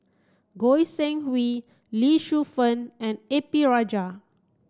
Goi Seng Hui Lee Shu Fen and A P Rajah